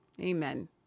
Amen